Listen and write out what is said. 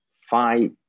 five